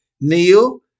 Neil